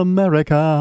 America